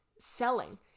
selling